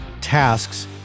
tasks